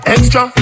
Extra